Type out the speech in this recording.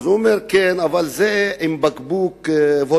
אז הוא אמר: כן, אבל זה עם בקבוק וודקה.